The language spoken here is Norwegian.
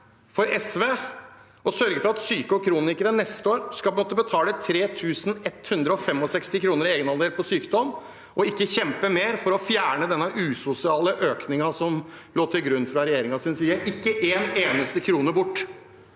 for SV å sørge for at syke og kronikere neste år skal måtte betale 3 165 kr i egenandel for sykdom, og ikke kjempe mer for å fjerne denne usosiale økningen som lå til grunn fra regjeringens side – ikke én eneste krone bort?